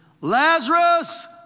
Lazarus